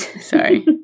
Sorry